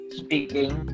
speaking